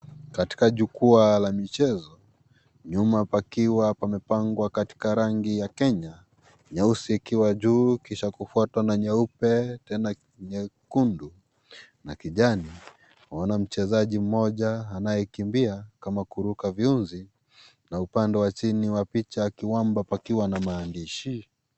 Katika jukwaa la michezo, nyuma pakiwa pamepangwa katika rangi ya Kenya, nyeusi ikiwa juu kisha kufuatwa na nyeupe tena nyekundu na kijani. Waona mchezaji mmoja anayekimbia kama kuruka viunzi, na upande wa chini wa picha ya kiwamba pakiwa na maandishi.